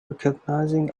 recognizing